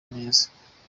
neza